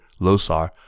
Losar